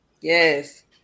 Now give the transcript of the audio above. yes